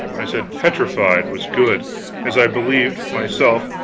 i said petrified was good as i believed, myself,